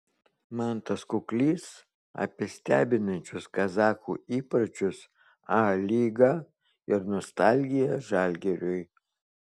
mantas kuklys apie stebinančius kazachų įpročius a lygą ir nostalgiją žalgiriui